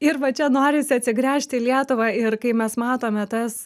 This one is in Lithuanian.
ir va čia norisi atsigręžti į lietuvą ir kai mes matome tas